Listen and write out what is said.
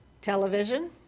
television